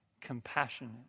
compassionate